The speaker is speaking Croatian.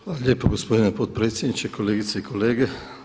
Hvala lijepo gospodine potpredsjedniče, kolegice i kolege.